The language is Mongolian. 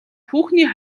хүүхний